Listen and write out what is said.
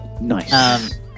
Nice